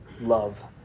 love